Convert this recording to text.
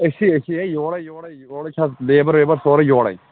أسی چھِ أسی چھِ ہے یورے یورے یورے چھِ حظ لیبَر وَیبَر سورُے یورے